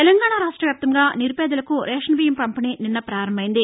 తెలంగాణా రాష్ట వ్యాప్తంగా నిరుపేదలకు రేషన్ బియ్యం పంపిణీ నిన్న ప్రారంభం అయింది